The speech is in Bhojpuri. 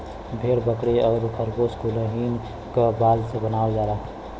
भेड़ बकरी आउर खरगोस कुलहीन क बाल से बनावल जाला